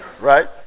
right